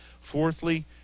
Fourthly